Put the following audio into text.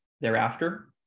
thereafter